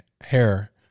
hair